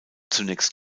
zunächst